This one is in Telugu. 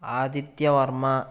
ఆదిత్యవర్మ